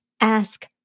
ask